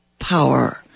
power